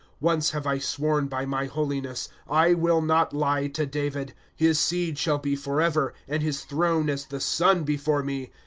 once have i sworn by my holiness i will not lie to david. his seed shall be forever, and his throne as the sun before me.